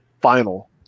final